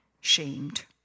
shamed